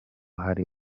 hari